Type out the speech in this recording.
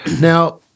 now